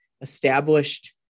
established